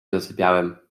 zasypiałem